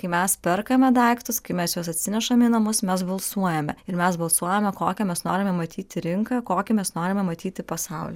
kai mes perkame daiktus kai mes juos atsinešame į namus mes balsuojame ir mes balsuojame kokią mes norime matyti rinką kokį mes norime matyti pasaulį